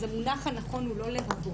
אז המונח הנכון הוא לא "לרבות",